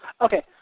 Okay